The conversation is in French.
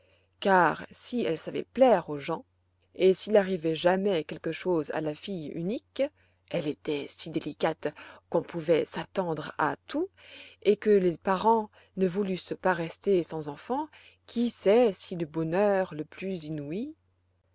car si elle savait plaire aux gens et s'il arrivait jamais quelque chose à la fille unique elle était si délicate qu'on pouvait s'attendre à tout et que les parents ne voulussent pas rester sans enfant qui sait si le bonheur le plus inouï